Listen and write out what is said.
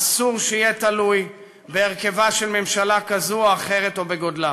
אסור שיהיה תלוי בהרכבה של ממשלה כזו או אחרת או בגודלה.